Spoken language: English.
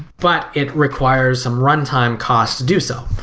but it requires some runtime costs to do so.